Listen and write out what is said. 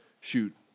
shoot